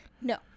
No